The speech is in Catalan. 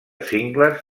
cingles